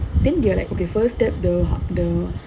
then they are like okay first step the the